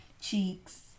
Cheeks